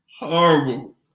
Horrible